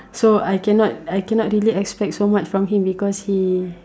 so I cannot I cannot really expect so much from him because he